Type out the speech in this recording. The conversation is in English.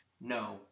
No